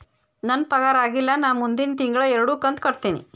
ನನ್ನ ಪಗಾರ ಆಗಿಲ್ಲ ನಾ ಮುಂದಿನ ತಿಂಗಳ ಎರಡು ಕಂತ್ ಕಟ್ಟತೇನಿ